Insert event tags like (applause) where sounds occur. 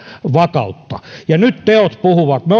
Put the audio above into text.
vakautta nyt teot puhuvat me (unintelligible)